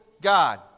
God